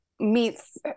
meets